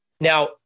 Now